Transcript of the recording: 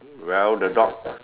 well the dog